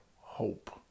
hope